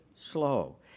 slow